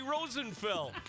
Rosenfeld